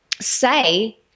say